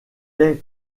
est